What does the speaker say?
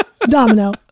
Domino